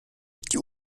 die